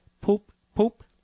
poop-poop